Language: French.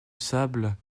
sable